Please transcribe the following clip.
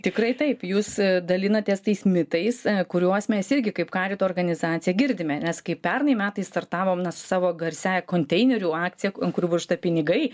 tikrai taip jūs dalinatės tais mitais kuriuos mes irgi kaip karito organizaciją girdime nes kai pernai metais startavom na su savo garsiąja konteinerių akcija ant kurių buvo užrašyta pinigai